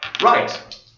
Right